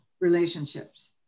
relationships